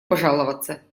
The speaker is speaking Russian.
пожаловаться